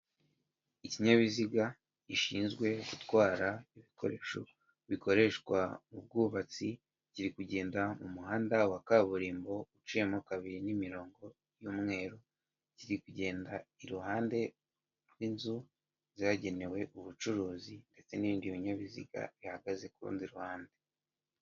Ikinyabiziga gishinzwe gutwara ibikoresho, bikoreshwa mu bwubatsi, kiri kugenda mu muhanda wa kaburimbo uciyemo kabiri n'imirongo y'umweru, kiri kugenda iruhande rw'inzu zagenewe ubucuruzi ndetse n'ibindi binyabiziga bihagaze ku rundi ruhande.